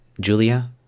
Julia